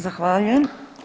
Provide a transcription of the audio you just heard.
Zahvaljujem.